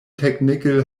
technical